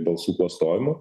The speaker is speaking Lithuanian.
balsų klastojimu